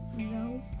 No